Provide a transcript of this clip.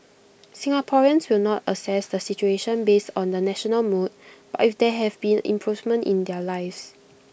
Singaporeans will not assess the situation based on the national mood but if there have been improvements in their lives